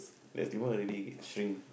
ya tumour already shrink